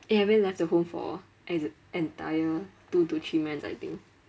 eh I haven't left the home for exac~ entire two to three months I think